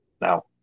now